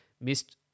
missed